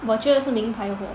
我觉得是名牌货